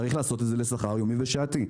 צריך לעשות את זה לשכר יומי ושעתי.